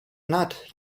not